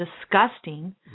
disgusting